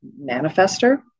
manifester